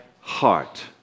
heart